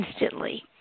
instantly